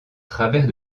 travers